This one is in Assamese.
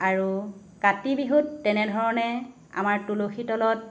আৰু কাতি বিহুত তেনেধৰণে আমাৰ তুলসী তলত